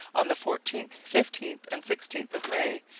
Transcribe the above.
on the fourteenth, fifteenth, and sixteenth of may,